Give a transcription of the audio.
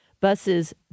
buses